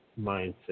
mindset